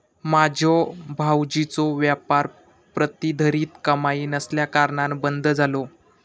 माझ्यो भावजींचो व्यापार प्रतिधरीत कमाई नसल्याकारणान बंद झालो